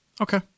Okay